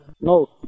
no